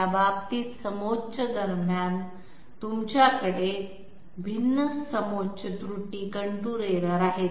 त्या बाबतीत समोच्च दरम्यान तुमच्याकडे भिन्न समोच्च त्रुटी आहेत